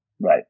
Right